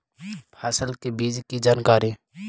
फसल के बीज की जानकारी?